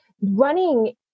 running